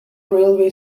railway